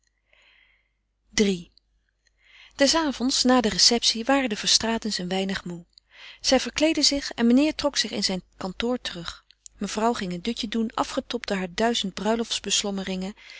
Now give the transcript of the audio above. iii des avonds na de receptie waren de verstraetens een weinig moê zij verkleedden zich en meneer trok zich in zijn kantoor terug mevrouw ging een dutje doen afgetobt door duizend